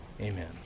Amen